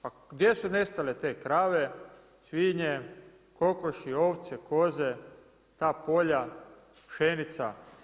Pa gdje su nestale te krave, svinje, kokoši ovce, koze, ta polja, pšenica.